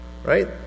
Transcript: Right